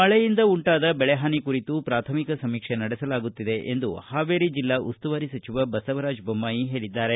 ಮಳೆಯಿಂದ ಉಂಟಾದ ಬೆಳೆ ಹಾನಿ ಕುರಿತು ಪ್ರಾಥಮಿಕ ಸಮೀಕ್ಷೆ ನಡೆಸಲಾಗುತ್ತಿದೆ ಎಂದು ಹಾವೇರಿ ಜಿಲ್ಲಾ ಉಸ್ತುವಾರಿ ಸಚಿವ ಬಸವರಾಜ ಬೊಮ್ಪಾಯಿ ಹೇಳಿದ್ದಾರೆ